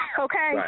okay